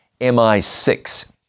MI6